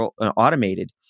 automated